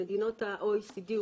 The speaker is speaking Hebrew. במדינות ה-OECD ,